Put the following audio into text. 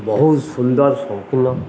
ବହୁତ ସୁନ୍ଦର ଶଙ୍କୁଳ